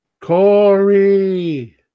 Corey